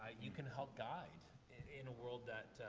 you can help guide in a world that,